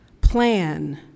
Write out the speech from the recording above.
plan